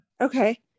okay